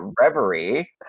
Reverie